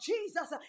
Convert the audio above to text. Jesus